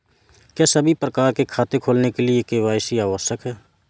क्या सभी प्रकार के खाते खोलने के लिए के.वाई.सी आवश्यक है?